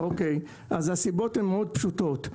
הסיבות הן מאוד פשוטות.